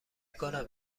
کنم